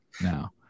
now